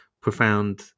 profound